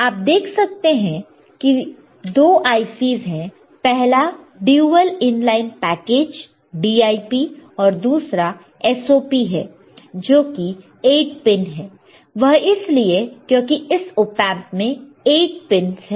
आप देख सकते हैं की 2 IC's है पहला ड्यूल इनलाइन पैकेज DIP और दूसरा SOP है जो कि 8 पिन है वह इसलिए क्योंकि इस ऑपएंप में 8 पिन है